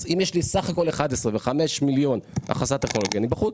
אם יש לי סך הכל 11 מיליון ו- 5 מיליון הכנסה טכנולוגית אני בחוץ.